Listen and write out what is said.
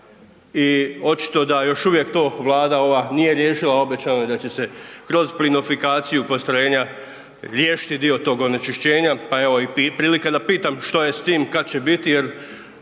i očito da još uvijek to Vlada ova nije riješila a obećano je da će se kroz plinofikaciju postrojenja riješiti dio tog onečišćenja pa evo i prilika da pitam što je s tim, kad će biti jer